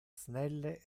snelle